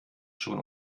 schon